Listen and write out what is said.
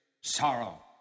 sorrow